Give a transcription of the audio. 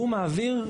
והוא מעביר,